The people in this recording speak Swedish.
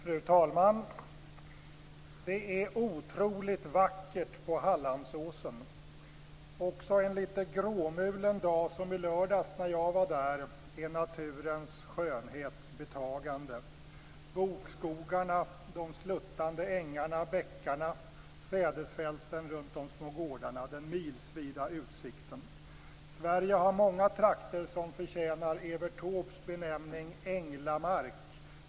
Fru talman! Det är otroligt vackert på Hallandsåsen. Också en litet gråmulen dag, som i lördags när jag var där, är naturens skönhet betagande. Bokskogarna, de sluttande ängarna, bäckarna, sädesfälten runt de små gårdarna och den milsvida utsikten. Sverige har många trakter som förtjänar Evert Taubes benämning änglamark.